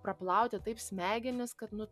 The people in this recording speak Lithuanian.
praplauti taip smegenis kad nu